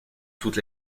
toute